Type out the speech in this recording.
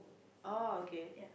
oh okay